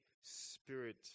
Spirit